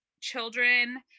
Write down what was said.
children